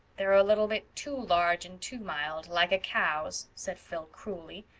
they're a little bit too large and too mild like a cow's, said phil cruelly.